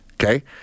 Okay